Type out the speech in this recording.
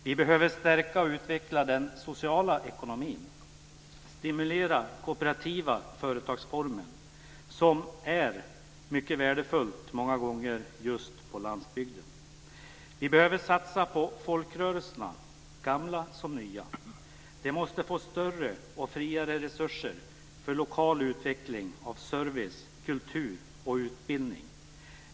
Vi behöver stärka och utveckla den sociala ekonomin och stimulera den kooperativa företagsformen, som många gånger är mycket värdefull just på landsbygden. Vi behöver satsa på folkrörelserna, gamla som nya. De måste få större och friare resurser för lokal utveckling av service, kultur och utbildning.